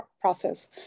process